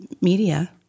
media